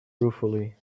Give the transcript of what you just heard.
ruefully